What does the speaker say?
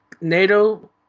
Nato